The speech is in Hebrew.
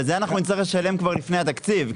אבל זה אנחנו נצטרך לשלם כבר לפני התקציב.